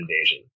invasion